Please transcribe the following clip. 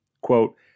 Quote